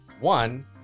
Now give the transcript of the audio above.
one